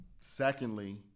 secondly